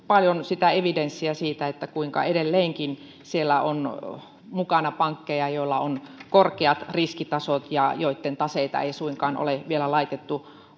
paljon evidenssiä siitä kuinka edelleenkin siellä on mukana pankkeja joilla on korkeat riskitasot ja joitten taseita ei suinkaan ole vielä laitettu